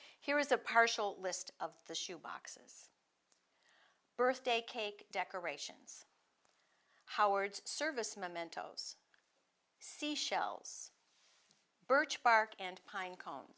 is a partial list of the shoe boxes birthday cake decorations howard's service momentos seashells birch bark and pine cone